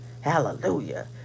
Hallelujah